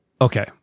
Okay